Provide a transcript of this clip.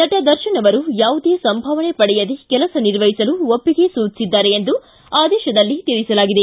ನಟ ದರ್ಶನ ಅವರು ಯಾವುದೇ ಸಂಭಾವನೆ ಪಡೆಯದೆ ಕೆಲಸ ನಿರ್ವಹಿಸಲು ಒಪ್ಪಿಗೆ ಸೂಚಿಸಿದ್ದಾರೆ ಎಂದು ಆದೇಶದಲ್ಲಿ ತಿಳಿಸಲಾಗಿದೆ